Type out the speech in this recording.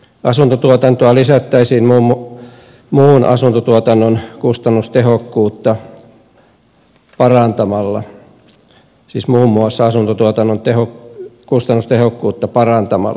asuntotuotantoa lisättäisiin muun muassa asuntotuotannon kustannustehokkuutta parantamalla